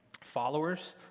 followers